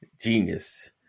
Genius